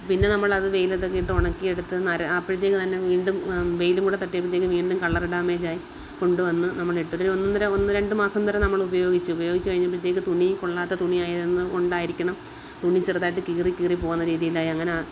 പിന്നെ നമ്മൾ അത് വെയിലത്തൊക്കെ ഇട്ട് ഉണക്കി എടുത്ത് നര അപ്പോഴത്തേക്ക് തന്നെ വീണ്ടും വെയിലും കൂടി തട്ടിയപ്പോഴത്തേക്ക് വീണ്ടും കളറ് ഡാമേജായി കൊണ്ടുവന്ന് നമ്മൾ എടുത്തിട്ട് ഒന്നൊന്നര ഒന്ന് രണ്ടു മാസം വരെ നമ്മൾ ഉപയോഗിച്ച് ഉപയോഗിച്ച് കഴിഞ്ഞപ്പോഴത്തേക്ക് തുണി കൊള്ളാത്ത തുണി ആയിരുന്നത് കൊണ്ടായിരിക്കണം തുണി ചെറുതായിട്ട് കീറി കീറി പോവുന്ന രീതിലായി അങ്ങനെ